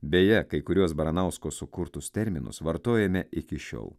beje kai kuriuos baranausko sukurtus terminus vartojame iki šiol